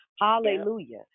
Hallelujah